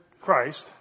Christ